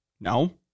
No